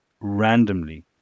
randomly